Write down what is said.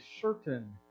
certain